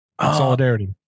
solidarity